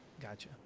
Gotcha